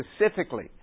specifically